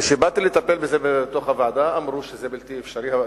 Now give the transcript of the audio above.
כשבאתי לטפל בזה בוועדה אמרו שזה בלתי אפשרי,